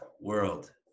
world